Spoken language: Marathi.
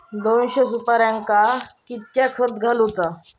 दोनशे सुपार्यांका कितक्या खत घालूचा?